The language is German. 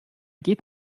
geht